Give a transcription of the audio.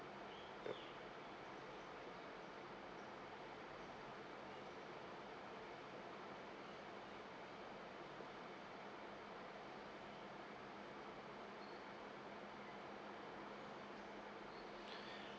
yup